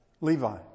Levi